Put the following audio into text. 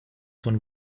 von